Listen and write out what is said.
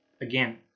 again